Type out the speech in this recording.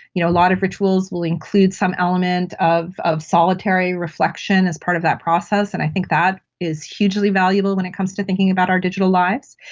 you know, a lot of rituals will include some element of of solitary reflection as part of that process, and i think that is hugely valuable when it comes to thinking about our digital lives.